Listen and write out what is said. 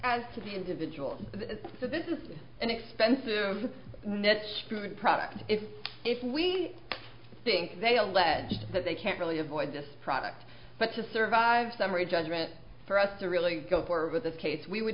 as to the individual so this is an expensive net spirit product if if we think they allege that they can't really avoid this product but to survive summary judgment for us to really go forward with the case we would